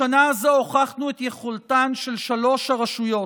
בשנה הזאת הוכחנו את יכולתן של שלוש הרשויות,